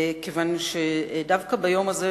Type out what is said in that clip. כיוון שדווקא ביום הזה,